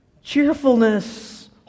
Cheerfulness